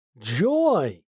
joy